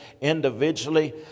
individually